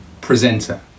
presenter